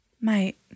Mate